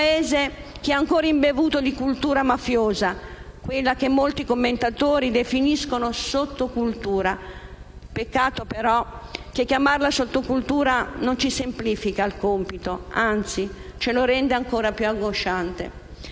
un Paese che è ancora imbevuto di cultura mafiosa, quella che molti commentatori definiscono sottocultura. Peccato, però, che chiamarla sottocultura non ci semplifica il compito, ma - anzi - lo rende ancor più angosciante.